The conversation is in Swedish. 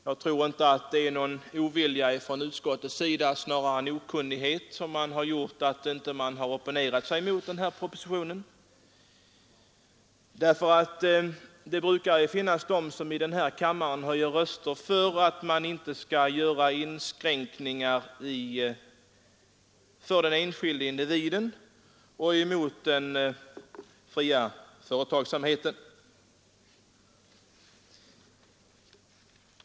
Jag tror inte att det är någon ovilja från utskottets sida, snarare en okunnighet, som gjort att man inte har opponerat sig mot propositionen. Det brukar annars i denna kammare finnas de som höjer sina röster för att man inte skall göra inskränkningar för den enskilde individen och mot den fria företagsamheten.